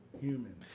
human